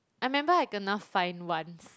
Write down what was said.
I remember I kena fine once